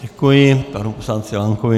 Děkuji panu poslanci Lankovi.